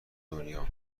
دنیا